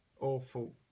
awful